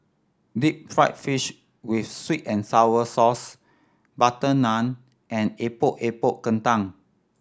deep fried fish with sweet and sour sauce butter naan and Epok Epok Kentang